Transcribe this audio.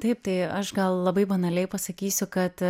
taip tai aš gal labai banaliai pasakysiu kad